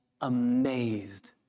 amazed